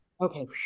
Okay